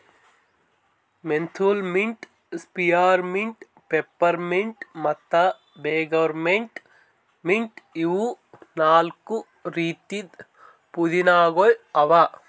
menthol mint, spearmint, peppermint ಮತ್ತ bergamot mint ಇವು ನಾಲ್ಕು ರೀತಿದ್ ಪುದೀನಾಗೊಳ್ ಅವಾ